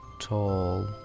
tall